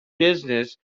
business